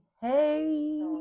hey